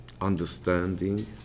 understanding